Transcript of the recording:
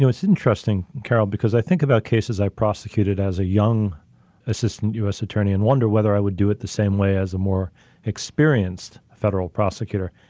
it's interesting, carol, because i think about cases i prosecuted as a young assistant us attorney in wonder whether i would do it the same way as a more experienced federal prosecutor.